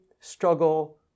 struggle